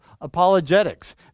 apologetics